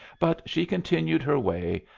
but she continued her way,